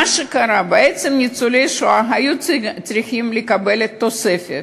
בעצם ניצולי השואה היו צריכים לקבל תוספת.